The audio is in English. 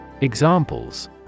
Examples